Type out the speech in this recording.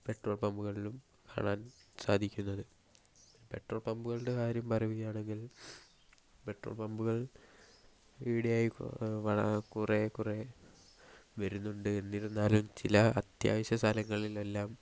petrol പമ്പുകളിലും കാണാൻ സാധിക്കുന്നത് പെട്രോൾ പമ്പുകളുടെ കാര്യം പറയുകയാണെങ്കിൽ പെട്രോൾ പമ്പുകൾ ഈയിടെയായി വള കുറേ കുറേ വരുന്നുണ്ട് എന്നിരുന്നാലും ചില അത്യാവശ്യ സ്ഥലങ്ങളിലെല്ലാം